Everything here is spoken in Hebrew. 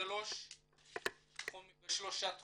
בשלושה תחומים: